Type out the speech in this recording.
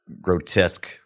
grotesque